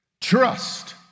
Trust